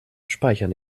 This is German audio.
speichern